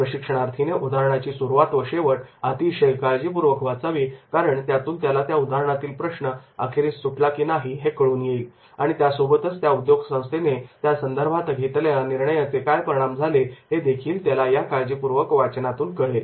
प्रशिक्षणार्थीने उदाहरणाची सुरुवात व शेवट अतिशय काळजीपूर्वक वाचावी कारण त्यातून त्याला त्या उदाहरणातील प्रश्न अखेरीस सुटला की नाही हे कळून येईल आणि त्यासोबतच त्या उद्योग संस्थेने त्यासंदर्भात घेतलेल्या निर्णयाचे काय परिणाम झाले हे देखील त्याला या काळजीपूर्वक वाचनातून कळेल